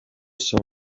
saw